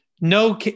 No